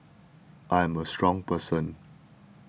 I am a strong person